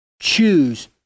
choose